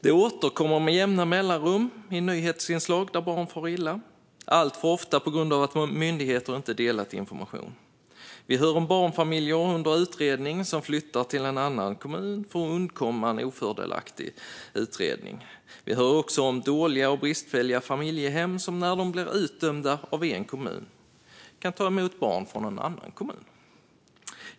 Det återkommer med jämna mellanrum i nyhetsinslag att barn far illa, alltför ofta på grund av att myndigheter inte har delat information. Vi hör om barnfamiljer under utredning som flyttar till någon annan kommun för att undkomma en ofördelaktig utredning. Vi hör också om dåliga och bristfälliga familjehem, som när de blir utdömda av en kommun kan ta emot barn från en annan kommun.